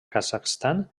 kazakhstan